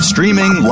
Streaming